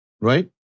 Right